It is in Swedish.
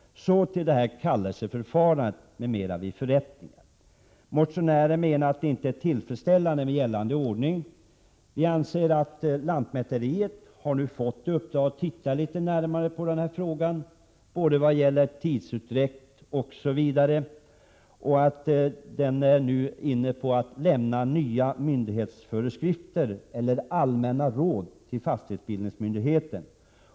Så till kallelseförfarandet vid förrättning. I motion Bo422 menar motionären att gällande ordning inte är tillfredsställande. Utskottet påpekar att lantmäteriverket fått i uppdrag att undersöka denna fråga närmare vad gäller tidsutdräkt m.m. Lantmäteriverket är nu närmast inne på att lämna nya myndighetsföreskrifter eller allmänna råd till fastighetsbildningsmyndigheterna.